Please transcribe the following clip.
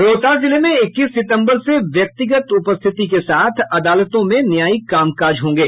रोहतास जिले में इक्कीस सितम्बर से व्यक्तिगत उपस्थिति के साथ अदालतों में न्यायिक कामकाज होंगे